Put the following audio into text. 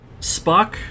Spock